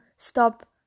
stop